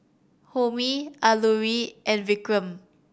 Homi Alluri and Vikram